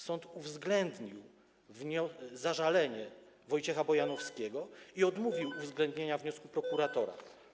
Sąd uwzględnił zażalenie Wojciecha Bojanowskiego i odmówił uwzględnienia wniosku prokuratora.